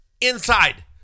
inside